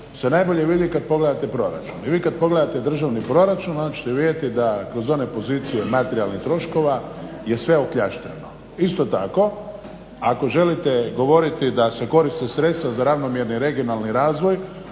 se najbolje vidi kad pogledate proračun. I vi kad pogledate državni proračun onda ćete vidjeti da kroz one pozicije materijalnih troškova je sve okljaštreno. Isto tako, ako želite govoriti da se koriste sredstva za ravnomjerni regionalni razvoj